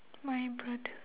my brother